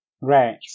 Right